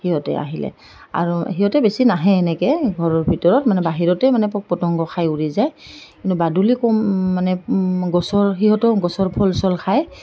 সিহঁতে আহিলে আৰু সিহঁতে বেছি নাহে এনেকৈ ঘৰৰ ভিতৰত মানে বাহিৰতে মানে পোক পতংগ খাই উৰি যায় কিন্তু বাদুলি মানে গছৰ সিহঁতেও গছৰ ফল চল খায়